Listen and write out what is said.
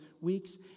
weeks